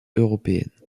européennes